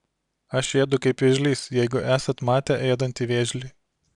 aš ėdu kaip vėžlys jeigu esat matę ėdantį vėžlį